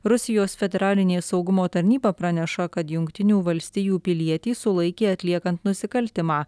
rusijos federalinė saugumo tarnyba praneša kad jungtinių valstijų pilietį sulaikė atliekant nusikaltimą